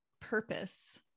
purpose